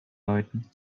läuten